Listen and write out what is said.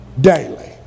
daily